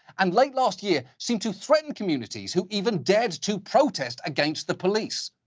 and late last year, seemed to threaten communities who even dared to protest against the police.